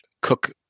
cook